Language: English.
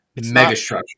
megastructure